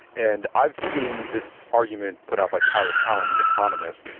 and i've seen this argument put out by tyler cowen, the economist.